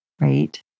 right